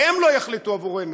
והם לא יחליטו עבורנו.